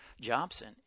Jobson